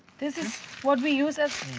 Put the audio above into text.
this is what we use as?